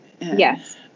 Yes